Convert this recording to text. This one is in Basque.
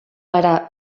gara